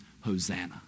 Hosanna